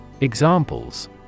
Examples